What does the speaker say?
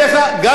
מאה אחוז.